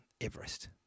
Everest